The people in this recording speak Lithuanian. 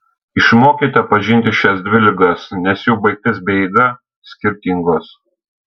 išmokite pažinti šias dvi ligas nes jų baigtis bei eiga skirtingos